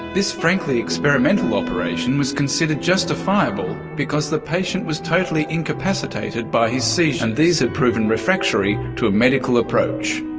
this frankly experimental operation was considered justifiable because the patient was totally incapacitated by his seizures and these had proven refractory to a medical approach.